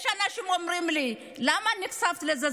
יש אנשים שאומרים לי: למה נחשפת לזה?